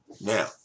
Now